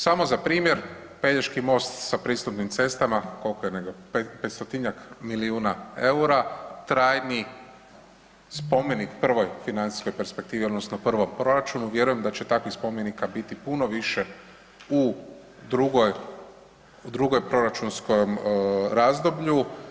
Samo za primjer Pelješki most sa pristupnim cestama, kolko je negdje 500-tinjak milijuna EUR-a, trajni spomenik prvoj financijskoj perspektivi odnosno prvom proračunu, vjerujem da će takvih spomenika biti puno više u drugoj, u drugom proračunskom razdoblju.